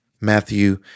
Matthew